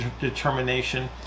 determination